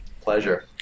Pleasure